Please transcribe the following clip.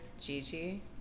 Gigi